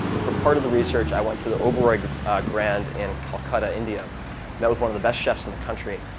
for part of the research, i went to the oberoi grand in kolkata, india. and that was one of the best chefs in the country.